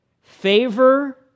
favor